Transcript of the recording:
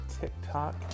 TikTok